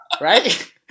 Right